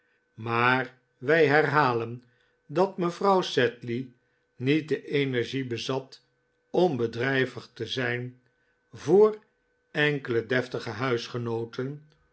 maar wij herhalen dat mevrouw sedley niet de energie bezat om bedrijvig te zijn voor enkele deftige huisgenooten